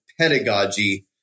pedagogy